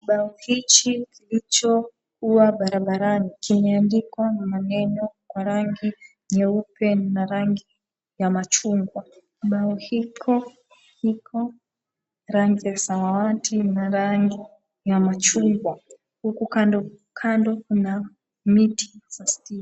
Bao hichi kilichokua barabarani, kimeandikwa maneno kwa rangi nyeupe na rangi ya machungwa. Bao iko rangi ya samawati ndani ya machungwa, huku kando kando kuna miti za stima.